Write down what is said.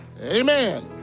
Amen